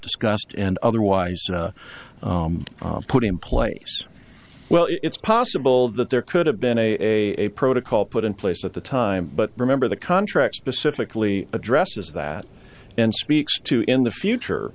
discussed and otherwise put in place well it's possible that there could have been a protocol put in place at the time but remember the contract specifically addresses that and speaks to in the future